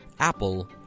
Apple